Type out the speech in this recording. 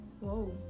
Whoa